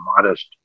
modest